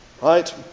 right